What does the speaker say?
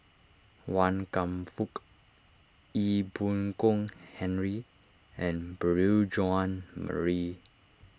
Wan Kam Fook Ee Boon Kong Henry and Beurel Jean Marie